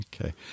Okay